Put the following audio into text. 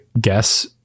guess